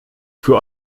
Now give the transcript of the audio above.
für